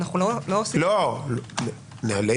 נהלי